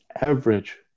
average